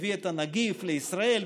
הביא את הנגיף לישראל,